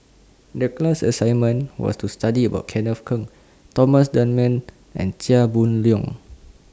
The class assignment was to study about Kenneth Keng Thomas Dunman and Chia Boon Leong